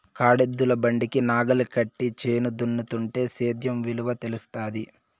కాడెద్దుల బండికి నాగలి కట్టి చేను దున్నుతుంటే సేద్యం విలువ తెలుస్తాది